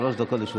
שלוש דקות לרשותך.